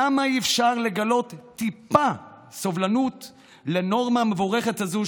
למה אי-אפשר לגלות טיפה סובלנות לנורמה המבורכת הזאת,